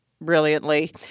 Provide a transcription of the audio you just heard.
brilliantly